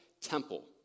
temple